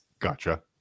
Gotcha